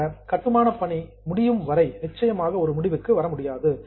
அந்த கட்டுமான பணி முடிக்கும் வரை நிச்சயமாக ஒரு முடிவுக்கு வர முடியாது